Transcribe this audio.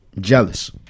Jealous